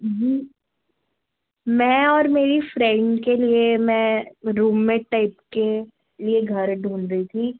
जी मैं और मेरी फ़्रेंड के लिए मैं रूम मेट टाइप के लिए घर ढूंढ रही थी